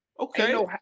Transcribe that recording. Okay